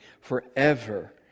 forever